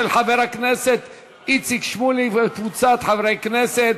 של חבר הכנסת איציק שמולי וקבוצת חברי הכנסת.